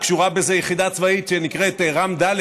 קשורה בזה יחידה צבאית שנקראת ר"מ ד',